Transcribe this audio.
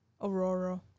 Aurora